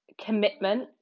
commitment